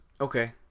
Okay